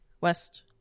West